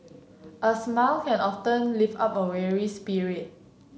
a smile can often lift up a weary spirit